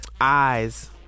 eyes